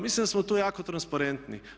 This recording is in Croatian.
Mislim da smo tu jako transparentni.